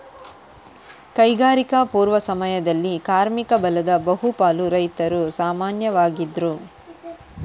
ಕೈಗಾರಿಕಾ ಪೂರ್ವ ಸಮಯದಲ್ಲಿ ಕಾರ್ಮಿಕ ಬಲದ ಬಹು ಪಾಲು ರೈತರು ಸಾಮಾನ್ಯವಾಗಿದ್ರು